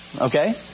Okay